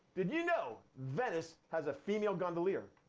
did you know venice has a female gondolier?